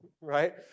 right